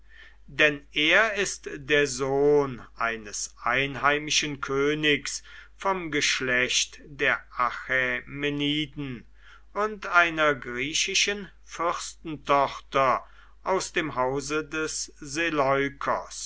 denn er ist der sohn eines einheimischen königs vom geschlecht der achämeniden und einer griechischen fürstentochter aus dem hause des